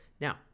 Now